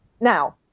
Now